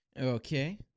Okay